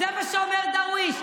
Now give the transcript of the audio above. זה מה שאומר דרוויש.